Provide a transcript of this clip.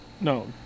No